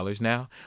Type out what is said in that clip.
now